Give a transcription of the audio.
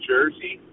Jersey